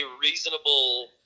reasonable